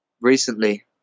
recently